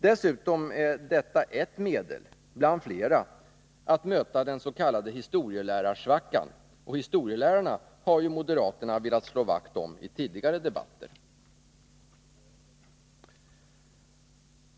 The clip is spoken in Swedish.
Dessutom är detta ett medel bland flera att möta den s.k. historielärarsvackan, och historielärarna har ju moderaterna velat slå vakt om i tidigare debatter.